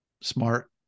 smart